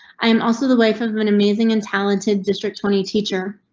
i am also the wife of an amazing and talented district twenty teacher.